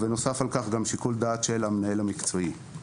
בנוסף, יש השפעה לשיקול דעת המנהל המקצועי.